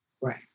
right